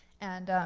and